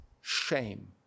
shame